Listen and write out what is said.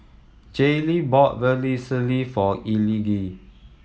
Jaylee bought Vermicelli for Elige